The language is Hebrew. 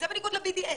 זה בניגוד ל-BDS.